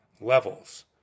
levels